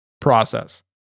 process